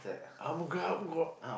I'm gut got